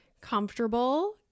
comfortable